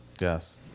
Yes